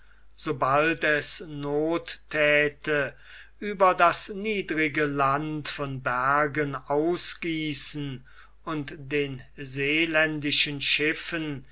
sobald es noth thäte über das niedrige land von bergen ausgießen und den